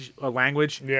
language